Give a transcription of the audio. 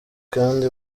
kandi